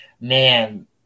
man